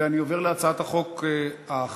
אני עובר להצעת החוק האחרת,